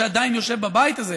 שעדיין יושב בבית הזה,